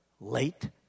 late